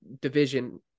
division